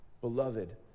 Beloved